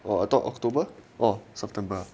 oh I thought october oh september ah